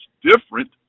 different